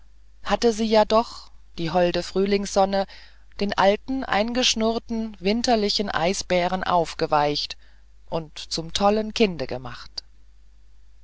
hatte sie ja doch die holde frühlingssonne den alten eingeschnurrten winterlichen eisbären aufgeweicht und zum tollenden kinde gemacht